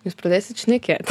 jūs pradėsit šnekėt